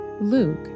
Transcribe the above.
Luke